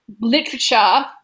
literature